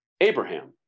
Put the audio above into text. Abraham